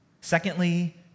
Secondly